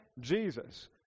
Jesus